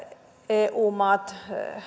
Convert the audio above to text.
eu maat